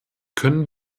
können